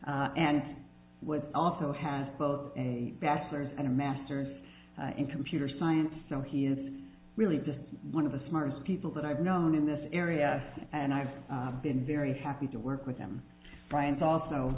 school and would also has both a bachelor's and a master's in computer science so he is really just one of the smartest people that i've known in this area and i've been very happy to work with him brian's also